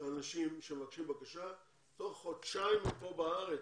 שאנשים שמגישים בקשה, תוך חודשיים הם כאן בארץ.